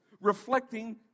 reflecting